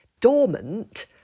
dormant